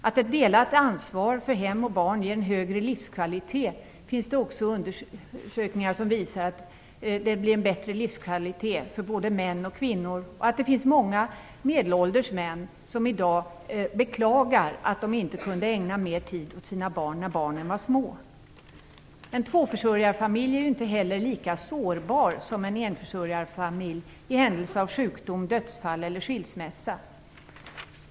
Att ett delat ansvar för hem och barn ger en högre livskvalitet finns det också undersökningar som visar. Det finns många medelålders män som i dag beklagar att de inte kunde ägna mer tid åt sina barn när de var små. En tvåförsörjarfamilj är inte heller lika sårbar som en enförsörjarfamilj i händelse av sjukdom, dödsfall eller skilsmässa.